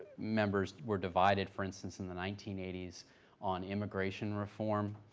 members were divided, for instance, in the nineteen eighty s on immigration reform,